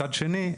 מצד שני,